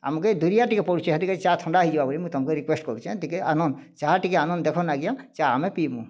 ଆମ୍କେ ଦୁରିଆ ଟିକେ ପଡ଼ୁଛେ ହେଥିର୍କେ ଚା' ଥଣ୍ଡା ହେଇଯିବା ବୋଲି ମୁଇଁ ତମ୍କେ ରିକ୍ୱେଷ୍ଟ୍ କରୁଛେଁ ଟିକେ ଆନୁନ୍ ଚା' ଟିକେ ଆନୁନ୍ ଦେଖୁନ୍ ଆଜ୍ଞା ଚା ଆମେ ପିଇମୁ